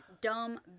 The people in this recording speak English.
dumb